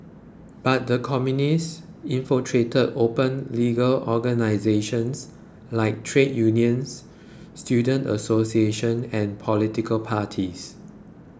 but the Communists infiltrated open legal organisations like trade unions student associations and political parties